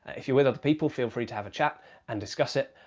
if you're with other people, feel free to have a chat and discuss it.